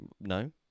no